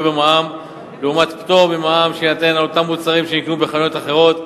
במע"מ לעומת פטור ממע"מ שיינתן על אותם מוצרים שייקנו בחנויות אחרות,